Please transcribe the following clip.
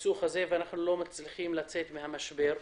בסכסוך הזה ואנחנו לא מצליחים לצאת מהמשבר.